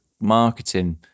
marketing